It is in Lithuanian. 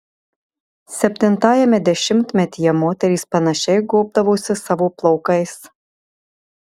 septintajame dešimtmetyje moterys panašiai gobdavosi savo plaukais